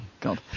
God